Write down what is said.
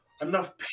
enough